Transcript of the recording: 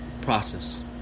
process